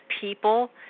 people